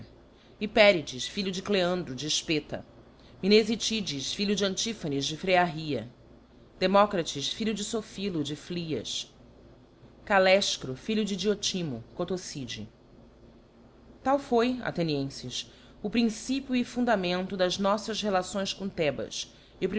hyperides filho de gleandro de sphetta mnefitbides filho de antiphanes de phrearrhia democrates filho de sophilo de phlyas callaefchro filho de diotimo cothocide b tal foi athenienfes o principio e fundamento das noífas relações com thebas